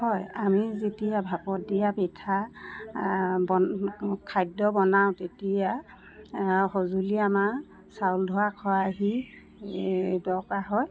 হয় আমি যেতিয়া ভাপত দিয়া পিঠা ব খাদ্য বনাও তেতিয়া সঁজুলি আমাৰ চাউল ধৰা খৰাহী দৰকাৰ হয়